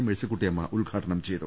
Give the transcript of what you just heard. മേഴ്സിക്കുട്ടി യമ്മ ഉദ്ഘാടനം ചെയ്തു